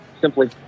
simply